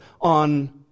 on